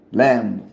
lamb